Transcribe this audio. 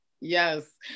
yes